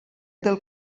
del